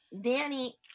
Danny